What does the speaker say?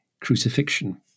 crucifixion